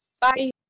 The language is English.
Bye